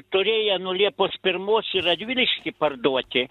turėję nuo liepos pirmos į radviliškį parduoti